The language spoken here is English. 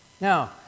Now